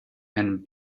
and